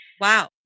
Wow